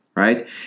Right